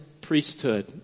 priesthood